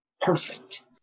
Perfect